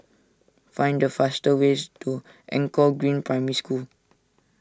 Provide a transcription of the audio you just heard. find the faster ways to Anchor Green Primary School